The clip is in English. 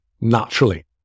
naturally